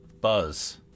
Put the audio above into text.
Buzz